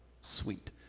Sweet